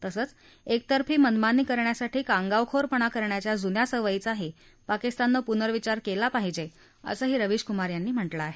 तसंच एकतर्फी मनमानी करण्यासाठी कांगावखोरपणा करण्याच्या जुन्या सवयीचाही पाकिस्ताननं पुनर्विचार केला पाहिजे असंही रवीशकुमार यांनी म्हटलं आहे